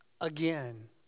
again